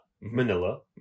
manila